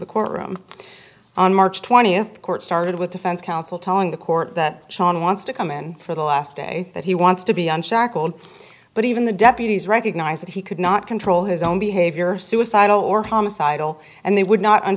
the courtroom on march twentieth court started with defense counsel telling the court that sean wants to come in for the last day that he wants to be unshackled but even the deputies recognize that he could not control his own behavior suicidal or homicidal and they would not